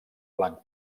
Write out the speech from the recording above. blanc